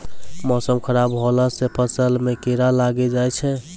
मौसम खराब हौला से फ़सल मे कीड़ा लागी जाय छै?